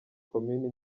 komini